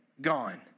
gone